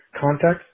context